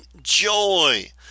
Joy